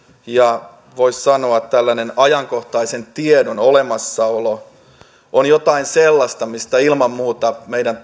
ja voisi sanoa tällainen ajankohtaisen tiedon olemassaolo ovat jotain sellaista mistä ilman muuta meidän